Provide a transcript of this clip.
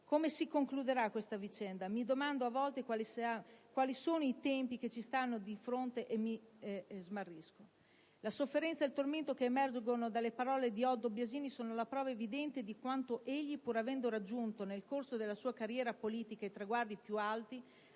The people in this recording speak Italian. «Come si concluderà questa vicenda? Mi domando a volte quali tempi mi stiano a fronte, e mi smarrisco». La sofferenza e il tormento che emergono dalle parole di Oddo Biasini sono la prova evidente di quanto egli, pur avendo raggiunto nel corso della sua carriera politica i traguardi più alti,